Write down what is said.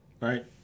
Right